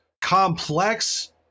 complex